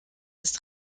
ist